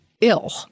ill